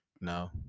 no